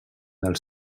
del